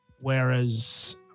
Whereas